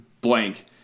blank